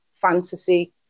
fantasy